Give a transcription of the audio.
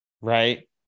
right